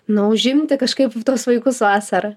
na užimti kažkaip tuos vaikus vasarą